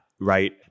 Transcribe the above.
right